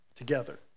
Together